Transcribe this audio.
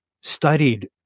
studied